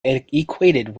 equated